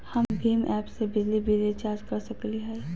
हम भीम ऐप से बिजली बिल रिचार्ज कर सकली हई?